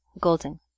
golden